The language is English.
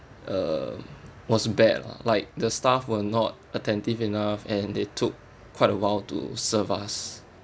uh was bad lah like the staff were not attentive enough and they took quite a while to serve us